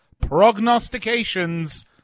prognostications